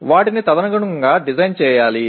వాటిని తదనుగుణంగా డిజైన్ చేయాలి